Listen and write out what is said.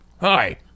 Hi